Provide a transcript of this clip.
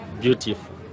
beautiful